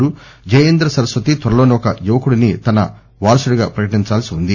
విజయేంద్ర సరస్వతి త్వరలోనే ఒక యువకుడిని తన వారసుడిగా ప్రకటించాల్పి ఉంటుంది